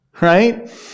right